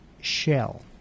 shell